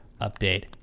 update